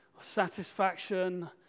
satisfaction